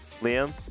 Liam